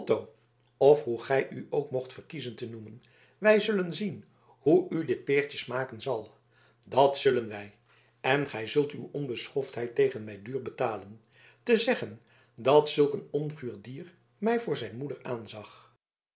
of hoe gij u ook mocht verkiezen te noemen wij zullen zien hoe u dit peertje smaken zal dat zullen wij en gij zult uw onbeschoftheid tegen mij duur betalen te zeggen dat zulk een onguur dier mij voor zijn moeder aanzag